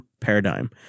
paradigm